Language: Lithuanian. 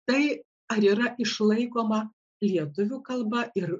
tai ar yra išlaikoma lietuvių kalba ir